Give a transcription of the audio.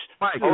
Mike